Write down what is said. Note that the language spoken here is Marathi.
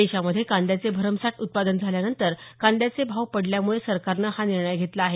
देशामध्ये कांद्याचे भरमसाठ उत्पादन झाल्यानंतर कांद्याचे भाव पडल्यामुळे सरकारनं हा निर्णय घेतला आहे